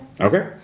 Okay